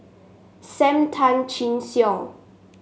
Sam Tan Chin Siong